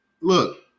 Look